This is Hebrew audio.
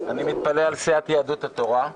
אני מתפלא על סיעת יהדות התורה,